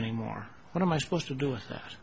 anymore what am i supposed to do with that